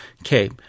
okay